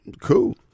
Cool